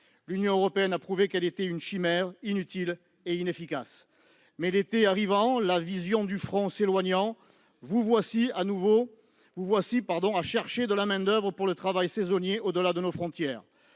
L'Union européenne a prouvé qu'elle était une chimère, inutile et inefficace, mais, l'été arrivant, la vision du front s'éloignant, vous voilà à chercher de la main-d'oeuvre saisonnière au-delà de nos frontières